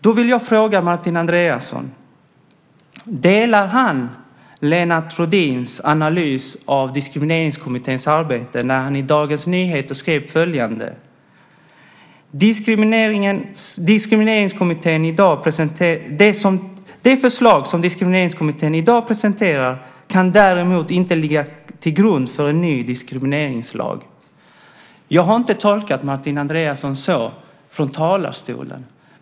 Då vill jag fråga Martin Andreasson om han delar Lennart Rohdins analys av Diskrimineringskommitténs arbete när han i Dagens Nyheter skrev följande: Det förslag som Diskrimineringskommittén i dag presenterar kan däremot inte ligga till grund för en ny diskrimineringslag. Jag har inte tolkat Martin Andreasson så när han stått i talarstolen.